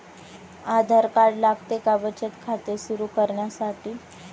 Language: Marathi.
आधार कार्ड लागते का बचत खाते सुरू करण्यासाठी?